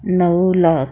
नऊ लाख